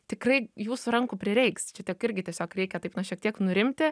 tikrai jūsų rankų prireiks irgi tiesiog reikia taip na šiek tiek nurimti